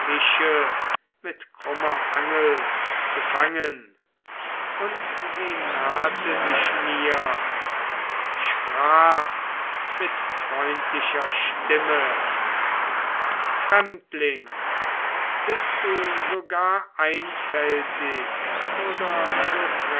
mit krummer angel zu fangen und sie nahte sich mir und sprach mit freundlicher stimme fremdling bist du so gar einfältig oder